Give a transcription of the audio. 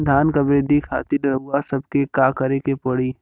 धान क वृद्धि खातिर रउआ सबके का करे के पड़ी?